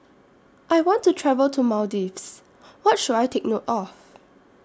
I want to travel to Maldives What should I Take note of